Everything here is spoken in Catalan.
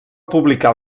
publicar